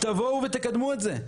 תבואו ותקדמו את זה.